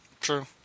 True